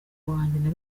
wanjye